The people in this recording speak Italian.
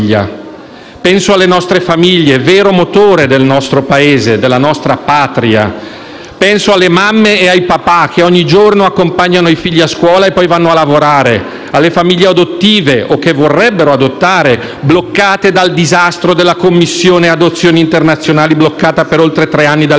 Penso alle nostre famiglie, vero motore del nostro Paese, della nostra Patria. Penso alle mamme e ai papà che ogni giorno accompagnano i figli alla scuola e poi vanno a lavorare; alle famiglie adottive o che vorrebbero adottare, fermate dal disastro della Commissione adozioni internazionali bloccata per oltre tre anni dal